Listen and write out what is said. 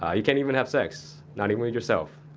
ah you can't even have sex. not even with yourself,